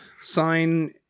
sign